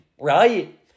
right